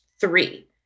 three